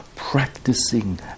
Practicing